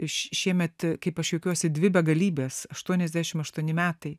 šiemet kaip aš juokiuosi dvi begalybės aštuoniasdešimt aštuoni metai